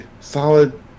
solid